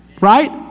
right